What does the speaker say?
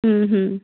হুম হুম